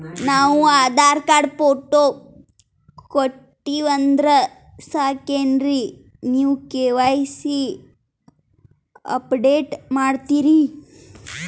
ನಾವು Aadhaar card, photo ಕೊಟ್ಟೀವಂದ್ರ ಸಾಕೇನ್ರಿ ನೀವ ಕೆ.ವೈ.ಸಿ ಅಪಡೇಟ ಮಾಡ್ತೀರಿ?